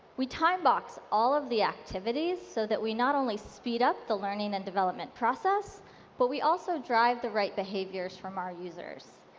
we time box all of the activities so that we not only speed up the learning and development process but we also drive the right behaviors from our users.